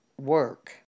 work